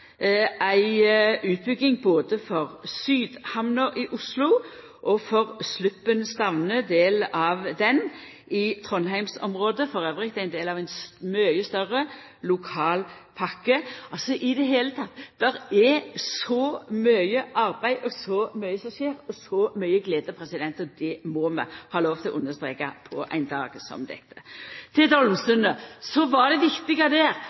ei utbygging både for Sydhavna i Oslo og for Sluppen–Stavne, ein del av ho, i trondheimsområdet, som er ein del av ei mykje større lokalpakke. Altså – i det heile: Det er så mykje arbeid, så mykje som skjer, og så mykje glede. Det må vi ha lov til å understreka på ein dag som denne. Til Dolmsundet: Det viktige der var faktisk å skjera igjennom, då det